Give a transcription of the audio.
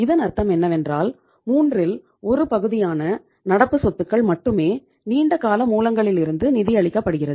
இதன் அர்த்தம் என்னவென்றால் மூன்றில் ஒரு பகுதியான நடப்பு சொத்துக்கள் மட்டுமே நீண்டகால மூலங்களிலிருந்து நிதி அளிக்கப்படுகிறது